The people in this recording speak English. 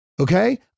Okay